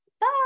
bye